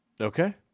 Okay